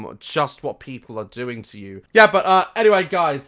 um just what people are doing to you yeah but ah anyway guys